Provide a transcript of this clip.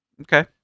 Okay